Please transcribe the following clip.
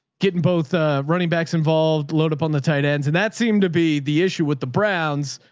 getting both ah running backs, involved, load up on the tight ends. and that seemed to be the issue with the browns.